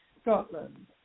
Scotland